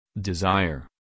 desire